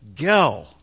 Go